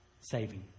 saving